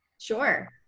sure